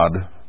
God